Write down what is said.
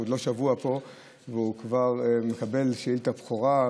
הוא עוד לא שבוע פה והוא כבר מקבל שאילתת בכורה.